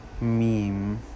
Meme